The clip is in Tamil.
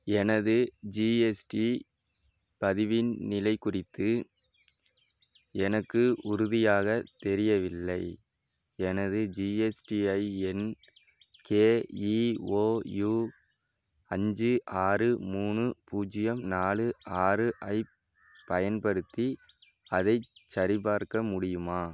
எனது ஜிஎஸ்டி பதிவின் நிலைக் குறித்து எனக்கு உறுதியாக தெரியவில்லை எனது ஜிஎஸ்டிஐஎன் கேஇஓயூ அஞ்சு ஆறு மூணு பூஜ்ஜியம் நாலு ஆறு ஐப் பயன்படுத்தி அதைச் சரிப்பார்க்க முடியுமா